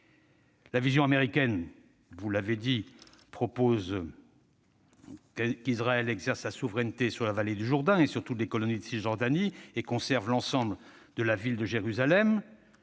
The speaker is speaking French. La « vision » américaine, vous l'avez dit, propose qu'Israël exerce sa souveraineté sur la vallée du Jourdain et sur toutes les colonies de Cisjordanie et conserve l'ensemble de la ville de Jérusalem.